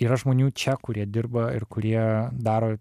yra žmonių čia kurie dirba ir kurie daro